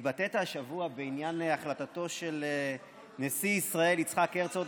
התבטאת השבוע בעניין החלטתו של נשיא ישראל יצחק הרצוג,